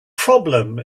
problem